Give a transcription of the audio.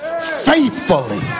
faithfully